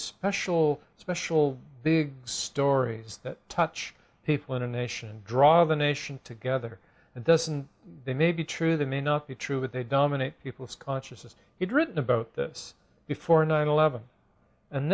special special the stories that touch people in a nation and draw the nation together and doesn't they may be true they may not be true but they dominate people's consciousness he's written about this before nine eleven and